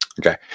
Okay